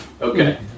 Okay